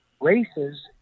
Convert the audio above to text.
races